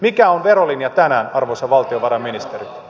mikä on verolinja tänään arvoisa valtiovarainministeri